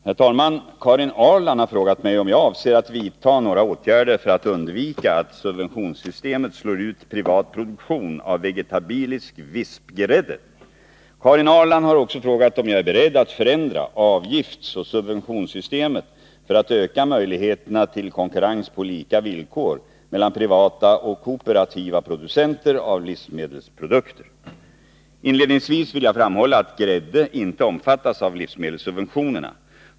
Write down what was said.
Herr talman! Karin Ahrland har frågat mig om jag avser att vidta några åtgärder för att undvika att subventionssystemet slår ut privat produktion av vegetabilisk vispgrädde. Karin Ahrland har också frågat om jag är beredd att förändra avgiftsoch subventionssystemet för att öka möjligheterna till konkurrens på lika villkor mellan privata och kooperativa producenter av livsmedelsprodukter. Inledningsvis vill jag framhålla att grädde inte omfattas av livsmedelssubventionerna.